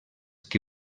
que